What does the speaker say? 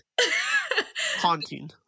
haunting